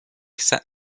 sat